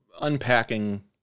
unpacking